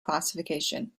classification